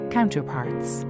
Counterparts